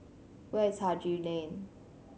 where is Haji Lane